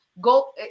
Go